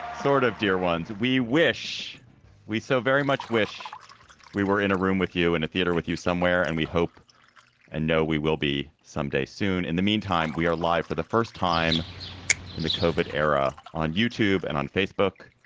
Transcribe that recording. sort of dear ones, we wish we so very much wish we were in a room with you, in a theater, with you somewhere, and we hope and know we will be someday soon. in the meantime, we are live for the first time in the covert era on youtube and on facebook.